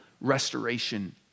restoration